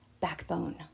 backbone